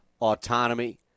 autonomy